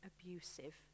abusive